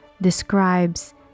describes